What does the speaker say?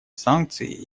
санкции